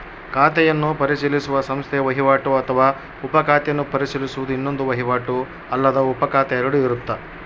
ಖಾತೆಯನ್ನು ಪರಿಶೀಲಿಸುವ ಸಂಸ್ಥೆ ವಹಿವಾಟು ಅಥವಾ ಉಪ ಖಾತೆಯನ್ನು ಪರಿಶೀಲಿಸುವುದು ಇನ್ನೊಂದು ವಹಿವಾಟು ಅಲ್ಲದ ಉಪಖಾತೆ ಎರಡು ಇರುತ್ತ